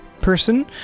person